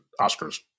Oscars